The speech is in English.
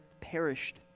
perished